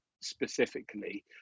specifically